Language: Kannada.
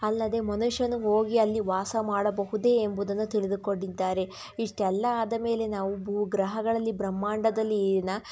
ಅಲ್ಲದೇ ಮನುಷ್ಯನು ಹೋಗಿ ಅಲ್ಲಿ ವಾಸ ಮಾಡಬಹುದೇ ಎಂಬುದನ್ನು ತಿಳಿದುಕೊಂಡಿದ್ದಾರೆ ಇಷ್ಟೆಲ್ಲ ಆದ ಮೇಲೆ ನಾವು ಭೂ ಗ್ರಹಗಳಲ್ಲಿ ಬ್ರಹ್ಮಾಂಡದಲ್ಲಿನ